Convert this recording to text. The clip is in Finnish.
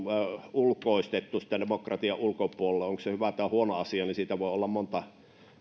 ulkoistettu demokratian ulkopuolelle onko se hyvä tai huono asia niin siitä voi olla